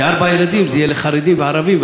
כי ארבעה ילדים זה יהיה לחרדים וערבים,